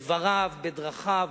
בדבריו, בדרכיו,